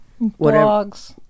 Blogs